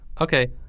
Okay